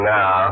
now